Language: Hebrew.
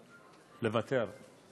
לוותר?